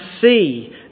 see